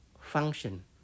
function